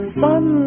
sun